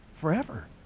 forever